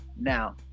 now